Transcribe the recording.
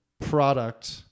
product